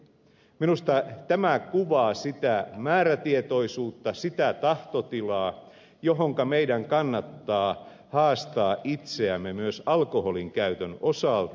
minusta tämä kuvaa sitä määrätietoisuutta sitä tahtotilaa johonka meidän kannattaa haastaa itseämme myös alkoholinkäytön osalta